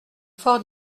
fort